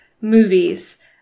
movies